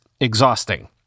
exhausting